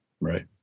Right